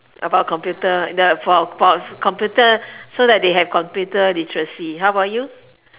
about computer the for for for computer so that they have computer literacy how about you